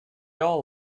all